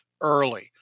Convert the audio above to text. early